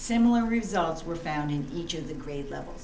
similar results were found in each of the grade level